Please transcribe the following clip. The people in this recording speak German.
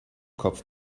kopf